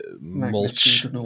mulch